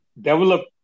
Develop